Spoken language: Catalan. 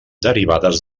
derivades